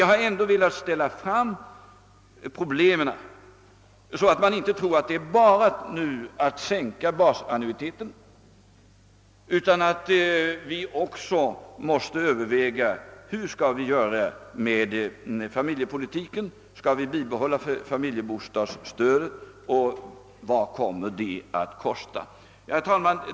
Jag har här bara velat ställa fram problemet, så att ingen tror att det nu bara gäller att sänka basannuiteten. Vi måste också överväga hur vi skall göra med familjepolitiken. Skall vi bibehålla familjebostadsstödet, och vad kommer det i så fall att kosta? Herr talman!